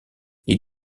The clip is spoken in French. les